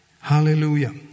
Hallelujah